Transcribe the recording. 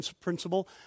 principle